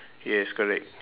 yes correct